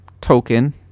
token